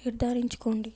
నిర్ధారించుకోండి